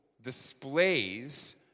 displays